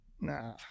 Nah